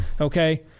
Okay